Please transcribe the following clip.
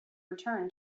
return